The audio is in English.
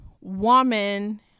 woman